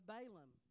Balaam